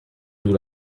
nous